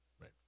right